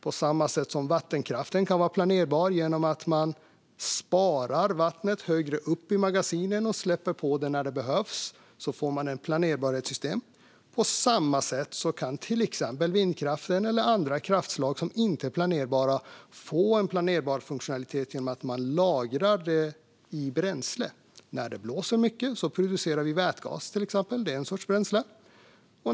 På samma sätt som vattenkraften kan vara planerbar genom att man sparar vattnet högre upp i magasinen och släpper på det när det behövs så att man får planerbarhet i systemet, på samma sätt kan till exempel vindkraften eller andra kraftslag som inte är planerbara få en planerbar funktionalitet genom att man lagrar kraften i bränsle. När det blåser mycket producerar vi vätgas, till exempel - det är en sorts bränsle.